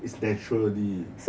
is naturally